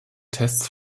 tests